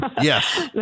Yes